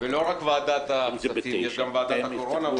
ולא רק --- יש גם ועדת הקורונה,